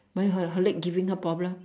why her her leg giving her problem